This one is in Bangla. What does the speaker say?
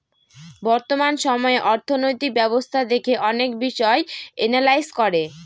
বর্তমান সময়ে অর্থনৈতিক ব্যবস্থা দেখে অনেক বিষয় এনালাইজ করে